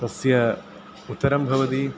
तस्य उत्तरं भवति